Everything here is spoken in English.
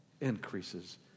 increases